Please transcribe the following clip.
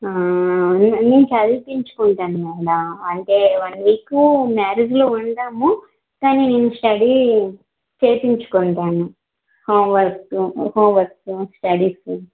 నేన్ నేను చదివిపించుకుంటాను మ్యాడమ్ అంటే వన్ వీకు మ్యారేజ్లో ఉండము కానీ స్టడీ చేయించుకుంటాను home work home work studies